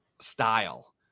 style